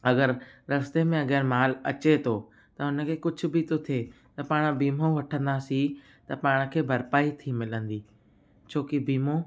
अगरि रस्ते में अगरि मालु अचे थो त उन खे कुझु बि थो थिए त पाण बीमो वठंदासीं त पाण खे भरपाई थी मिलंदी छो की बीमो